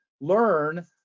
learn